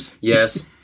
Yes